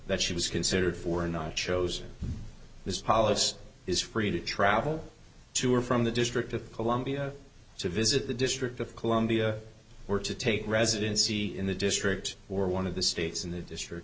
that she was considered for not chosen this policy is free to travel to or from the district of columbia to visit the district of columbia or to take residency in the district or one of the states in the district